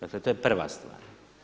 Dakle to je prva stvar.